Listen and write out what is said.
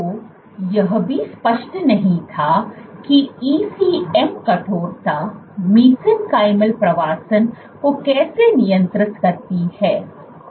तो यह भी स्पष्ट नहीं था कि ECM कठोरता मेसेनकाइमल प्रवासन को कैसे नियंत्रित करती है